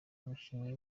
umukinnyi